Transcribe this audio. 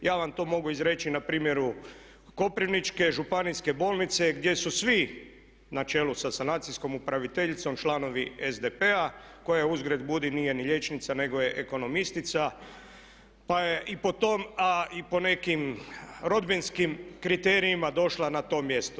Ja vam to mogu izreći na primjeru koprivničke županijske bolnice gdje su svi na čelu sa sanacijskom upraviteljicom članovi SDP-a koja uzgred budi nije ni liječnica nego je ekonomistica pa je i po tom a i po nekim rodbinskim kriterijima došla na to mjesto.